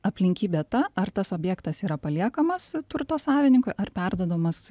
aplinkybė ta ar tas objektas yra paliekamas turto savininkui ar perduodamas